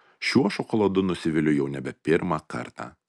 šiuo šokoladu nusiviliu jau nebe pirmą kartą